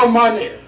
money